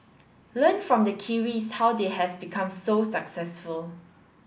learn from the Kiwis how they have become so successful